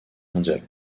mondiale